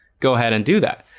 go ahead and do that